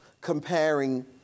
comparing